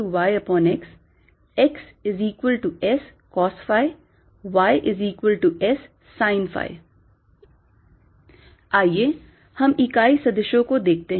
sx2y2 tanϕyx xscosϕ yssinϕ आइए हम इकाई सदिशों को देखते हैं